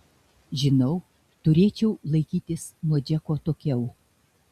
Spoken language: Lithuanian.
žinau turėčiau laikytis nuo džeko atokiau